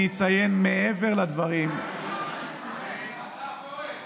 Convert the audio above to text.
אני אציין, מעבר לדברים, השר פורר,